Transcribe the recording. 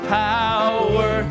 power